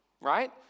right